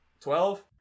Twelve